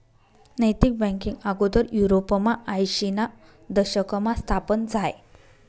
नैतिक बँकींग आगोदर युरोपमा आयशीना दशकमा स्थापन झायं